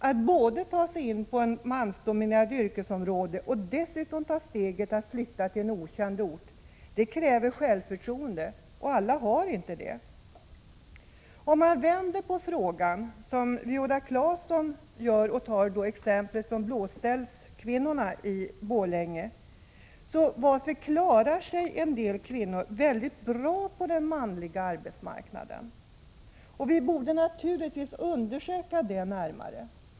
Att ta sig in på ett mansdominerat yrkesområde och dessutom ta steget att flytta till en okänd ort kräver självförtroende, och alla har inte det. Man kan också vända på frågan och ta exemplet med blåställskvinnorna i Borlänge, som Viola Claesson talade om. Varför klarar sig en del kvinnor bra på den manliga arbetsmarknaden? Vi borde naturligtvis undersöka det närmare.